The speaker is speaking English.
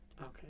Okay